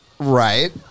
Right